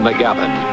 McGavin